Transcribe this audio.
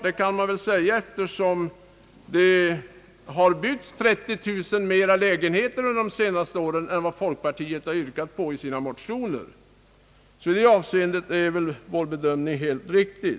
Det man man väl säga, eftersom det under de senaste åren har byggts 30 000 flera lägenheter än folkpartiet yrkat på i sina motioner. I det avseendet är väl vår bedömning helt riktig.